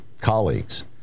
colleagues